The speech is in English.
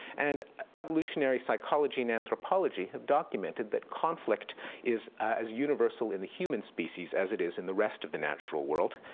and evolutionary psychology and anthropology have documented that conflict is as universal in the human species as it is in the rest of the natural world.